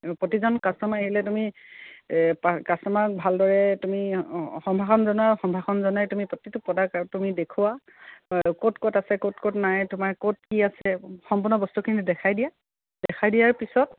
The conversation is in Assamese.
প্ৰতিজন কাষ্টমাৰ আহিলে তুমি কাষ্টমাৰক ভালদৰে তুমি সম্ভাষণ জনোৱা সম্ভাষণ জনাই তুমি প্ৰতিটো প্ৰডাক্ট তুমি দেখুওৱা ক'ত ক'ত আছে ক'ত ক'ত নাই তোমাৰ ক'ত কি আছে সম্পূৰ্ণ বস্তুখিনি দেখাই দিয়া দেখাই দিয়াৰ পিছত